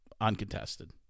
Uncontested